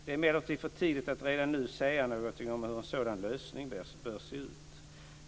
Det är emellertid för tidigt att redan nu säga något om hur en sådan lösning bör se ut.